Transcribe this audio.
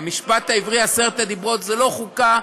במשפט העברי עשרת הדברות זה לא חוקה.